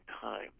time